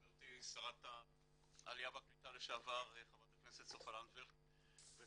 חברתי שרת העלייה והקליטה לשעבר חברת הכנסת סופה לנדבר וכל